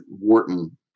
Wharton